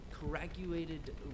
corrugated